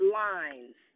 lines